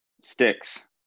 sticks